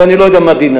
ואני לא יודע מה דינן,